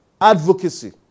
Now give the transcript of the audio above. advocacy